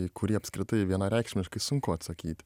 į kurį apskritai vienareikšmiškai sunku atsakyti